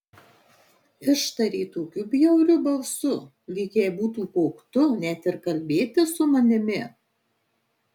ištarė tokiu bjauriu balsu lyg jai būtų koktu net ir kalbėtis su manimi